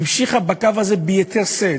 המשיכה בקו הזה ביתר שאת,